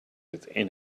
within